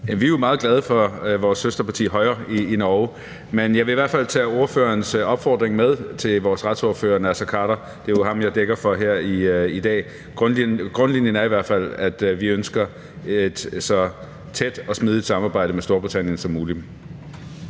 vi er jo meget glade for vores søsterparti, Høyre, i Norge. Men jeg vil i hvert fald tage ordførerens opfordring med til vores retsordfører, Naser Khader. Det er jo ham, jeg dækker ind her i dag. Grundlinjen er i hvert fald, at vi ønsker et så tæt og smidigt samarbejde med Storbritannien som muligt.